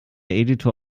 editor